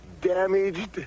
damaged